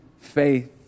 faith